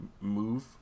move